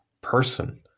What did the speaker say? person